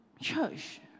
church